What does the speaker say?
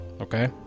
okay